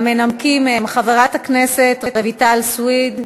המנמקים הם חברת הכנסת רויטל סויד,